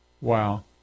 Wow